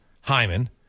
Hyman